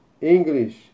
English